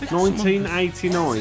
1989